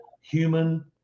human